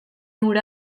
hura